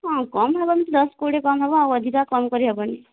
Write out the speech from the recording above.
ହଁ କମ ହେବ ଯଦି ଦଶ କୋଡ଼ିଏ କମ ହେବ ଆଉ ଅଧିକା କମ କରି ହେବନି